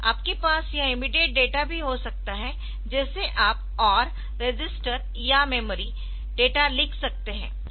आपके पास यह इमीडियेट डेटा भी हो सकता है जैसे आप OR रजिस्टर या मेमोरी डेटा लिख सकते है